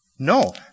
No